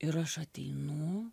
ir aš ateinu